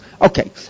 Okay